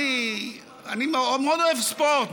אני מאוד אוהב ספורט,